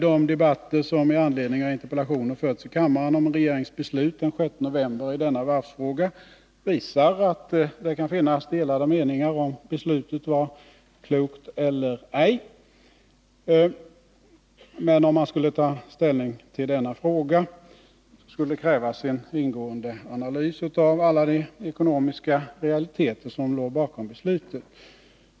De interpellationsdebatter som fördes i kammaren den 6 november 1980 med anledning av regeringens beslut i varvsfrågan visar att det kan råda delade meningar om huruvida beslutet var klokt eller ej. Men om man skulle ta ställning till denna fråga, skulle det krävas en ingående analys av alla de ekonomiska realiteter som låg till grund för beslutet.